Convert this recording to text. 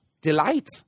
delight